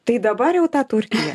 tai dabar jau ta turkija